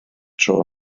tro